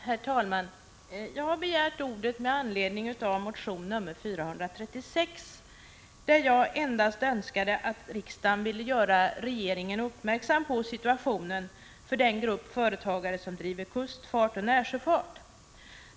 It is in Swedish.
Herr talman! Jag har begärt ordet med anledning av motion nr 436, i vilken jag endast önskar att riksdagen ville göra regeringen uppmärksam på situationen för den grupp företagare som driver kustfart och närsjöfart.